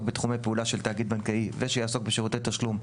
בתחומי פעולה של תאגיד בנקאי ושיעסוק בשירותי תשלום,